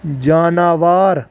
جاناوار